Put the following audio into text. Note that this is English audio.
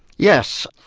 yes.